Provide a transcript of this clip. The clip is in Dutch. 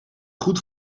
goed